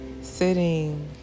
sitting